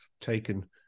taken